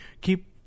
keep